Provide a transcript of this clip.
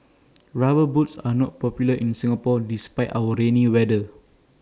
rubber boots are not popular in Singapore despite our rainy weather